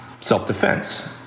self-defense